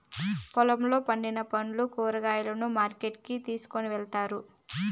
పొలంలో పండిన పండ్లు, కూరగాయలను మార్కెట్ కి తీసుకొని పోతారు